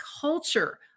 culture